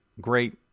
great